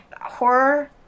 horror